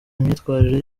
imyitwarire